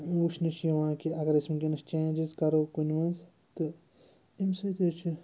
وٕچھنہٕ چھِ یِوان کہِ اگر أسۍ وٕنۍکٮ۪نَس چینجِز کَرو کُنہِ منٛز تہٕ اَمہِ سۭتۍ حظ چھِ